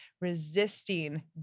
resisting